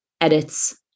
edits